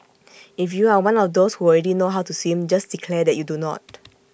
if you are one of those who already know how to swim just declare that you do not